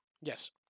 Yes